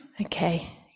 Okay